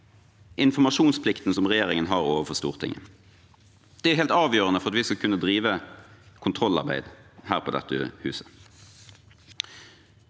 informasjonsplikten som regjeringen har overfor Stortinget. Det er helt avgjørende for at vi skal kunne drive kontrollarbeid her på dette huset.